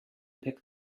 pick